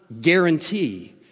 guarantee